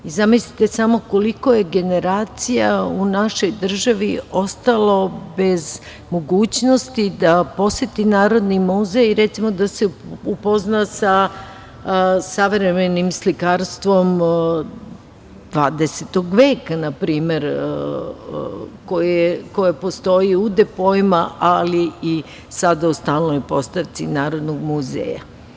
Zamislite samo koliko je generacija u našoj državi ostalo bez mogućnosti da poseti Narodni muzej i recimo da se upozna sa savremenim slikarstvom od 20. veka npr. koje postoji u depoima, ali sada i u stalnoj postavci Narodnog muzeja.